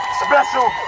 special